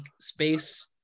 space